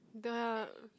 the